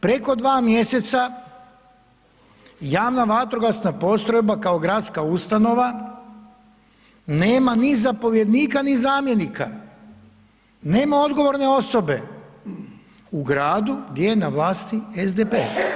Preko dva mjeseca javno vatrogasna postrojba kao gradska ustanova nema ni zapovjednika ni zamjenika, nema odgovorne osobe u gradu gdje je na vlasti SDP.